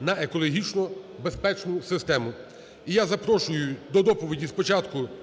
на екологічно безпечну систему. І я запрошую до доповіді спочатку